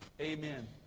Amen